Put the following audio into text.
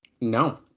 No